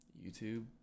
YouTube